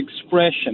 expression